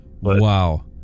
Wow